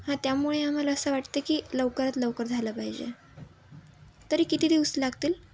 हां त्यामुळे आम्हाला असं वाटतें की लवकरात लवकर झालं पाहिजे तरी किती दिवस लागतील